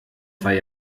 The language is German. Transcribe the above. zwei